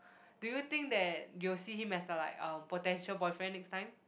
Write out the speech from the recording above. do you think that you'll see him as a like uh potential boyfriend next time